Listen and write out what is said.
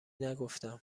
نگفتم